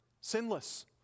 sinless